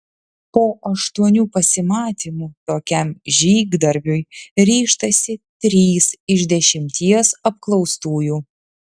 po aštuonių pasimatymų tokiam žygdarbiui ryžtasi trys iš dešimties apklaustųjų